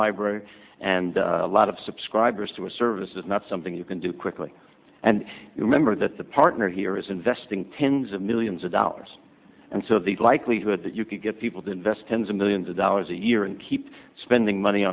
library and a lot of subscribers to a service is not something you can do quickly and remember that the partner here is investing tens of millions of dollars and so the likelihood that you can get people to invest tens of millions of dollars a year and keep spending money